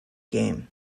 game